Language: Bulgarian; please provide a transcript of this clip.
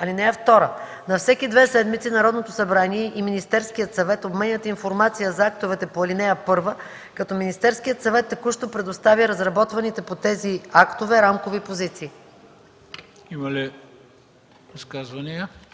(2) На всеки две седмици Народното събрание и Министерският съвет обменят информация за актовете по ал. 1, като Министерският съвет текущо предоставя разработваните по тези актове рамкови позиции.” ПРЕДСЕДАТЕЛ ХРИСТО БИСЕРОВ: